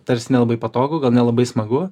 tarsi nelabai patogu gal nelabai smagu